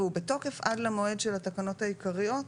הוא בתוקף עד למועד של התקנות העיקריות,